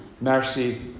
mercy